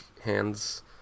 hands